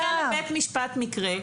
נכנס לבית משפט מקרה,